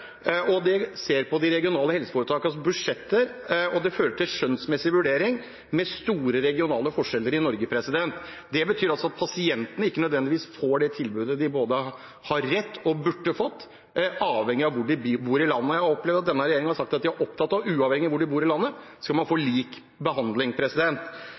ser på de regionale helseforetakenes budsjetter, og det fører til skjønnsmessige vurderinger, med store regionale forskjeller i Norge. Det betyr at pasientene ikke nødvendigvis får det tilbudet de har rett på og burde ha fått – det avhenger av hvor de bor i landet. Denne regjeringen har sagt at de er opptatt av at uavhengig av hvor man bor i landet, skal man få lik behandling.